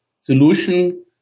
solution